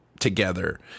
together